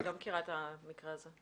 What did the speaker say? אני לא מכירה את המקרה הזה.